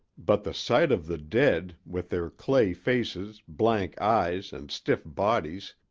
but the sight of the dead, with their clay faces, blank eyes and stiff bodies,